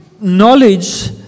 knowledge